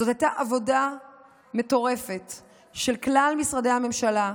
זאת הייתה עבודה מטורפת של כלל משרדי הממשלה,